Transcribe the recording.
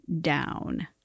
down